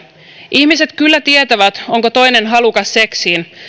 ihmiset kyllä tietävät onko toinen halukas seksiin